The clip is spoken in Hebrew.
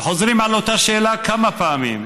וחוזרים על אותה שאלה כמה פעמים.